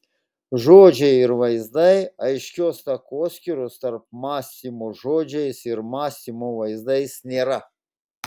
žodžiai ar vaizdai aiškios takoskyros tarp mąstymo žodžiais ir mąstymo vaizdais nėra